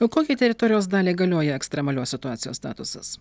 o kokiai teritorijos daliai galioja ekstremalios situacijos statusas